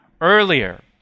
Earlier